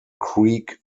creek